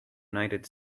united